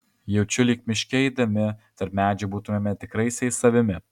jaučiu lyg miške eidami tarp medžių būtumėme tikraisiais savimi